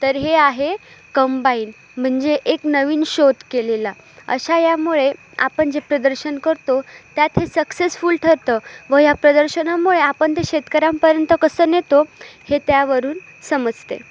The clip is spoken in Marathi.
तर हे आहे कंबाईन म्हणजे एक नवीन शोध केलेला अशा यामुळे आपण जे प्रदर्शन करतो त्यात हे सक्सेसफुल ठरतं व या प्रदर्शनामुळे आपण ते शेतकऱ्यांपर्यंत कसं नेतो हे त्यावरून समजते